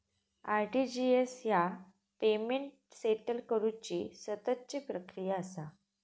RTGS ह्या payment settle करुची सततची प्रक्रिया असा